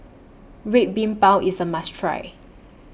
Red Bean Bao IS A must Try